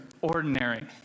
ordinary